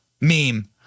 meme